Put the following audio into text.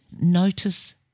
Notice